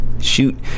shoot